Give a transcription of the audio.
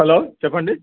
hello చెప్పండి